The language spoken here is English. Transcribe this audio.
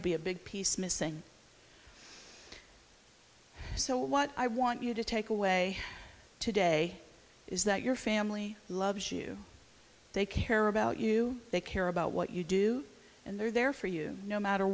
to be a big piece missing so what i want you to take away today is that your family loves you they care about you they care about what you do and they're there for you no matter